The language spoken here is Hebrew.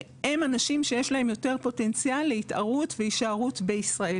שהם אנשים שיש להם יותר פוטנציאל להתערות והישארות בישראל,